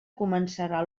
començarà